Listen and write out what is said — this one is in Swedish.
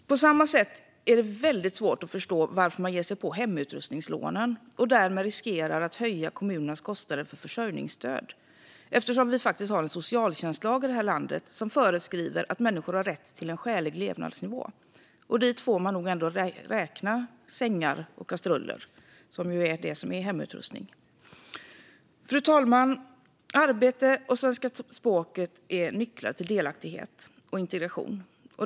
På samma sätt är det svårt att förstå varför man ger sig på hemutrustningslånen och därmed riskerar att höja kommunernas kostnader för försörjningsstöd. Vi har faktiskt en socialtjänstlag i det här landet som föreskriver att människor har rätt till en skälig levnadsnivå. Dit får nog ändå sängar och kastruller räknas, som ju är det som är hemutrustning. Fru talman! Arbete och svenska språket är nycklar till delaktighet och integration.